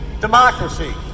democracy